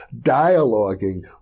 dialoguing